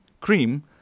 cream